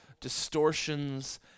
distortions